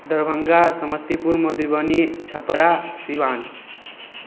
Darbhanga Samastipur Madhubani Chhapra Siwan